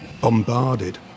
bombarded